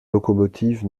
locomotive